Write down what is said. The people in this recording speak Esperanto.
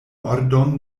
ordon